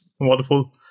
Wonderful